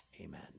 amen